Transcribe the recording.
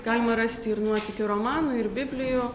galima rasti ir nuotykių romanų ir biblijų